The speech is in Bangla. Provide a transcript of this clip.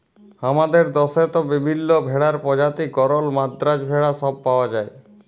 হামাদের দশেত বিভিল্য ভেড়ার প্রজাতি গরল, মাদ্রাজ ভেড়া সব পাওয়া যায়